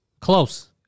Close